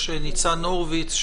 ניצן הורוביץ,